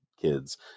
kids